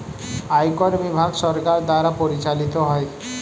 আয়কর বিভাগ সরকার দ্বারা পরিচালিত হয়